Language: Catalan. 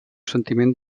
sentiment